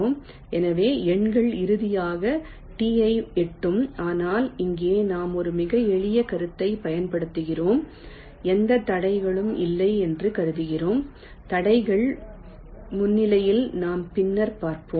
எனவே எண்கள் இறுதியாக Tஐ எட்டும் ஆனால் இங்கே நாம் ஒரு மிக எளிய கருத்தை பயன்படுத்துகிறோம் எந்த தடைகளும் இல்லை என்று கருதுகிறோம் தடைகள் முன்னிலையில் நாம் பின்னர் பார்ப்போம்